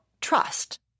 trust